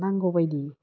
नांगौ बायदि